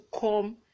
come